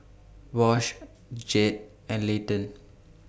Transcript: Wash Jed and Layton